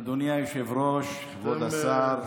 אדוני היושב-ראש, כבוד השר,